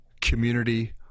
community